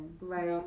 Right